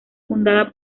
fundada